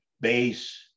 base